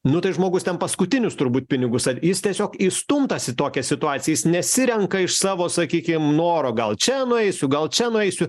nu tai žmogus ten paskutinius turbūt pinigus jis tiesiog įstumtas į tokią situaciją jis nesirenka iš savo sakykim noro gal čia nueisiu gal čia nueisiu